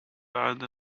بعض